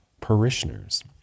parishioners